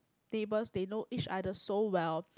neighbours they know each other so well